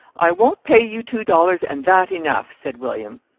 i won't pay you two dollars, and that enough, said william.